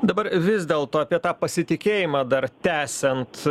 dabar vis dėlto apie tą pasitikėjimą dar tęsiant